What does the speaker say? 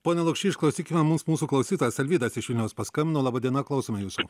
pone lukšy išklausykime mums mūsų klausytojas alvydas iš vilniaus paskambino laba diena klausom jūsų